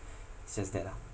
it's just that lah